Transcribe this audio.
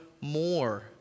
more